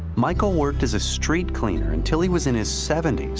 michael worked as a street cleaner until he was in his seventy s.